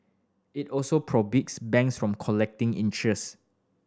it also banks from collecting interest